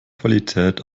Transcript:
qualität